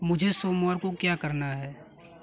मुझे सोमवार को क्या करना है